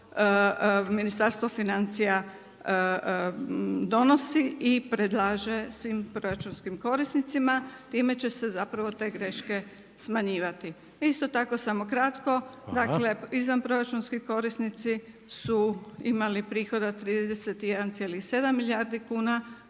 Ministarstvo financija donosi i predlaže svim proračunskim korisnicima. Time će se zapravo te greške smanjivati. Isto tako samo kratko, dakle izvanproračunski korisnici su imali prihod 31,7 milijardi kuna,